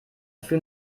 fühlen